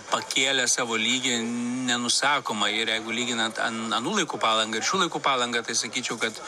pakėlė savo lygį nenusakomą ir jeigu lyginant an anų laikų palangą ir šių laikų palangą tai sakyčiau kad